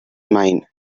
mine